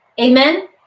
amen